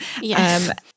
yes